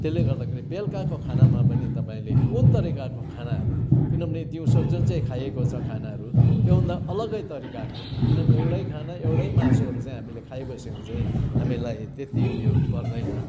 त्यसले गर्दाखेरि बेलुकाको खानामा पनि तपाईँले कुन तरिकाको खानाहरू किनभने दिउँसो जुन चाहिँ खाइएको छ खानाहरू त्योभन्दा अलग्गै तरिकाको किनभने एउटै खाना एउटै मासुहरू चाहिँ हामीले खाइबस्यो भने चाहिँ हामीलाई त्यति उयो पर्दैन